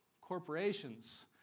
Corporations